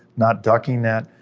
not ducking that,